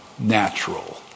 natural